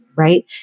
right